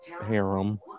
harem